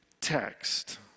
text